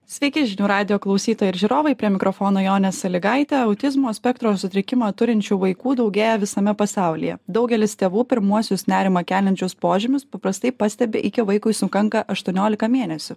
sveiki žinių radijo klausytojai ir žiūrovai prie mikrofono jonė sąlygaitė autizmo spektro sutrikimą turinčių vaikų daugėja visame pasaulyje daugelis tėvų pirmuosius nerimą keliančius požymius paprastai pastebi iki vaikui sukanka aštuoniolika mėnesių